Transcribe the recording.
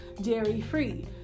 dairy-free